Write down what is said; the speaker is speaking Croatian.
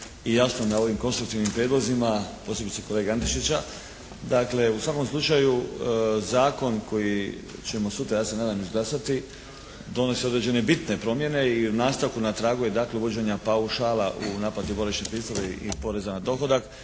i jasno na ovim konstruktivnim prijedlozima, posebice kolege Antešića. Dakle, u svakom slučaju zakon koji ćemo sutra ja se nadam izglasati donosi određene bitne promjene i u nastavku na tragu je dakle uvođenja paušala u naplati boravišne pristojbe i poreza na dohodak